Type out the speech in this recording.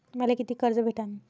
मले कितीक कर्ज भेटन?